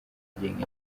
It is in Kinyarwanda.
agenga